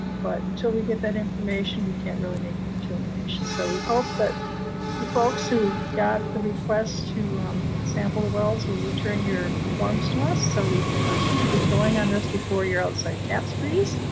but until we get that information, we can't really make a determination. so we hope that you folks who got the request to sample wells will return your forms to us so we can um get going on this before your outside taps freeze,